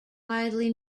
widely